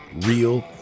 Real